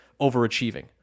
overachieving